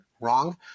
wrong